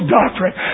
doctrine